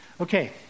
Okay